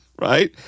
right